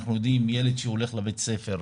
ואנחנו יודעים שילד שהולך לבית ספר,